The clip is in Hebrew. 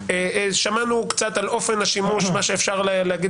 שמענו קצת על אופן השימוש, מה שאפשר להגיד